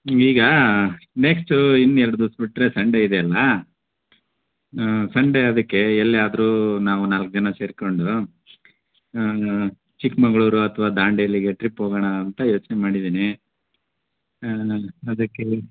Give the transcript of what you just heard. ಈಗ ನೆಕ್ಸ್ಟು ಇನ್ನೆರಡು ದಿವ್ಸ ಬಿಟ್ಟರೆ ಸಂಡೇ ಇದೆಯಲ್ಲಾ ಹ್ಞೂ ಸಂಡೇ ಅದಕ್ಕೆ ಎಲ್ಲಿಯಾದ್ರು ನಾವು ನಾಲ್ಕು ಜನ ಸೇರಿಕೊಂಡು ಚಿಕ್ಕಮಗ್ಳೂರು ಅಥವಾ ದಾಂಡೇಲಿಗೆ ಟ್ರಿಪ್ ಹೋಗೋಣ ಅಂತ ಯೋಚನೆ ಮಾಡಿದ್ದೀನಿ ಹಾಂ ಅದಕ್ಕೆ